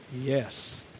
yes